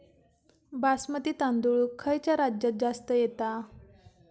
बासमती तांदूळ खयच्या राज्यात जास्त येता?